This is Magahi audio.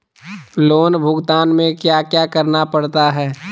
लोन भुगतान में क्या क्या करना पड़ता है